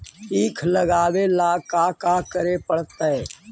ईख लगावे ला का का करे पड़तैई?